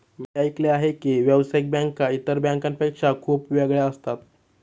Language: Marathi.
मी ऐकले आहे की व्यावसायिक बँका इतर बँकांपेक्षा खूप वेगळ्या असतात